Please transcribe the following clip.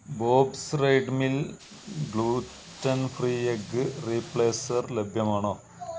bobs red mill gluten free egg replacer ലഭ്യമാണോ